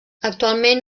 actualment